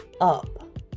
up